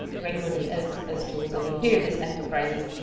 regularly, as as tools of imperialist enterprises.